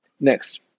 next